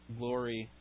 glory